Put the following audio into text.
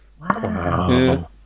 wow